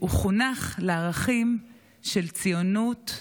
הוא חונך לערכים של ציונות,